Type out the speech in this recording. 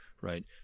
right